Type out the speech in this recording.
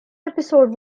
episode